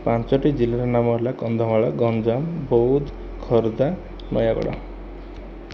ପାଞ୍ଚଟି ଜିଲ୍ଲାର ନାମ ହେଲା କନ୍ଧମାଳ ଗଞ୍ଜାମ ବୌଦ୍ଧ ଖୋର୍ଦ୍ଧା ନୟାଗଡ଼